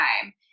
time